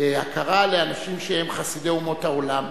הכרה לאנשים שהם חסידי אומות העולם.